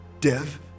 Dev